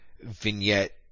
vignette